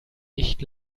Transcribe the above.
nicht